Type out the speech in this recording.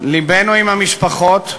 לבנו עם המשפחות.